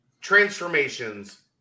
transformations